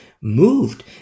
moved